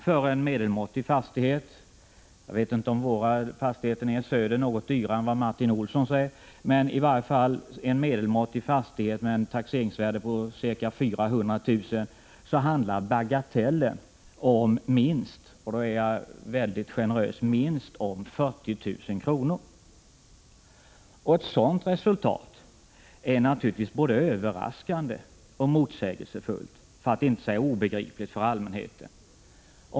För en medelmåttig fastighet — jag vet inte om våra fastigheter är något dyrare än vad Martin Olssons är — med ett taxeringsvärde på ca 400 000 kr. handlar bagatellen om minst 40 000 kr. — och då är jag mycket generös. Ett sådant resultat är naturligtvis både överraskande och motsägelsefullt, för att inte säga obegripligt för allmänheten.